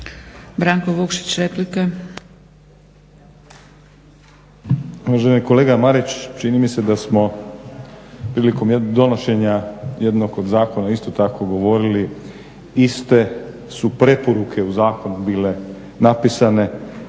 Branko Vukšić, replika.